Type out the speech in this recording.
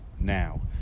now